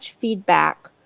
feedback